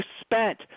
spent